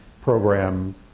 program